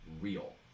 real